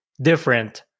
different